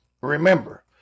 remember